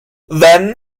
then